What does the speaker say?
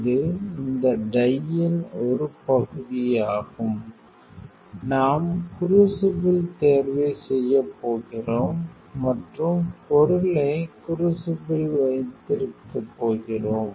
இது இந்த டையின் ஒரு பகுதியாகும் நாம் க்ரூசிபிள் தேர்வைச் செய்யப் போகிறோம் மற்றும் பொருளை குரூசிபிளில் வைத்திருக்கப் போகிறோம்